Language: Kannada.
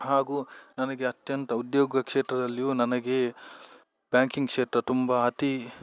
ಹಾಗೂ ನನಗೆ ಅತ್ಯಂತ ಉದ್ಯೋಗ ಕ್ಷೇತ್ರದಲ್ಲಿಯು ನನಗೆ ಬ್ಯಾಂಕಿಂಗ್ ಕ್ಷೇತ್ರ ತುಂಬಾ ಅತಿ